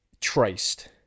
traced